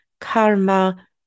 karma